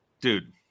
Dude